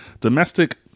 domestic